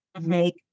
make